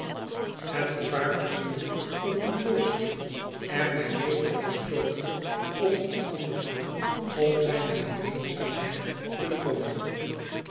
het gevaar voorziende dat die booswicht er mij mede zou stooten of iets anders doen om zijne gemeenzaamheid te toonen